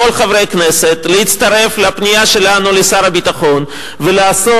לכל חברי הכנסת להצטרף לפנייה שלנו אל שר הביטחון ולעשות